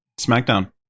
SmackDown